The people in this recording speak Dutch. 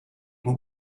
moet